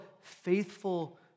faithful